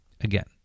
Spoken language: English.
again